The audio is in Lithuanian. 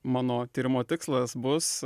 mano tyrimo tikslas bus